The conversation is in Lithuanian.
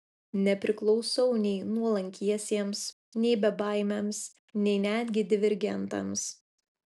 nepriklausau nei nuolankiesiems nei bebaimiams nei netgi divergentams